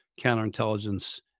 counterintelligence